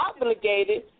obligated